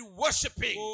worshipping